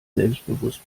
selbstbewusst